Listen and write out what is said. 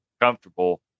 comfortable